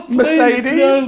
Mercedes